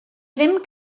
ddim